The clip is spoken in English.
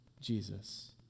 Jesus